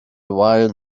while